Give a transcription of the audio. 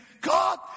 God